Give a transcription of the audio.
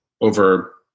over